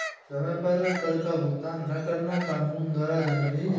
समय पर कर का भुगतान न करना कानून द्वारा दंडनीय है